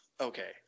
Okay